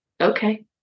okay